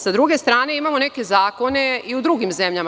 S druge strane, imamo neke zakone i u drugim zemljama.